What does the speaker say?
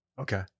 Okay